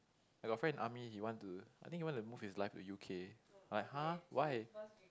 I got friend in army he want to I think he want to move his life to U_K I like !huh! why